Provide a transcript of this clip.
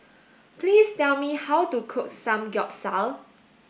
please tell me how to cook Samgyeopsal